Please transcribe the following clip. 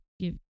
give